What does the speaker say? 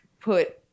put